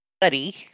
buddy